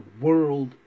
world